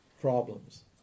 problems